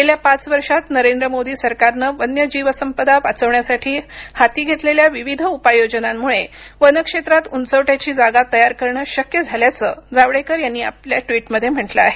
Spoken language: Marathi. गेल्या पाच वर्षात नरेंद्र मोदी सरकारनं वन्य जीवसंपदा वाचवण्यासाठी हाती घेतलेल्या विविध उपाययोजनांमुळे वन क्षेत्रात उंचवट्याची जागा तयार करणं शक्य झाल्याचं जावडेकर यांनी या ट्विटमध्ये म्हटलं आहे